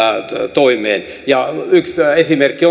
toimeen ja yksi esimerkki